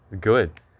Good